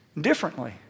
differently